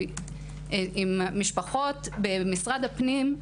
כי משפחות במשרד הפנים,